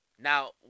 Now